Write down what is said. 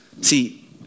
See